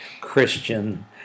Christian